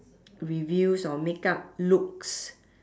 reviews or makeup looks